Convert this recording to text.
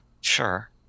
sure